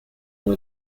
ont